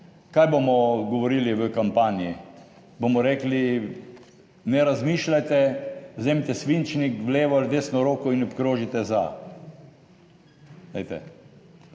Kaj bomo govorili v kampanji? Bomo rekli, ne razmišljajte, vzemite svinčnik levo ali desno roko in obkrožite za.